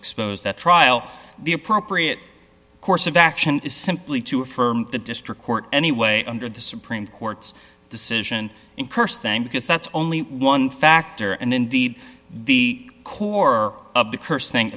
exposed at trial the appropriate course of action is simply to affirm the district court anyway under the supreme court's decision in curse thing because that's only one factor and indeed the core